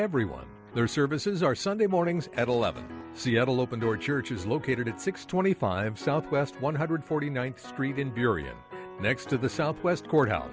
everyone their services are sunday mornings at eleven seattle open door church is located at six twenty five south west one hundred forty ninth street in burey and next to the southwest courthouse